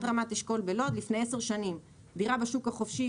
לפני עשר שנים דירה בשוק החופשי